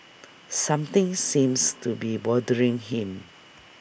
something seems to be bothering him